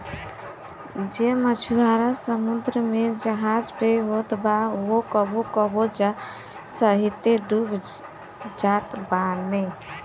जे मछुआरा समुंदर में जहाज पे होत बा उहो कबो कबो जहाज सहिते डूब जात बाने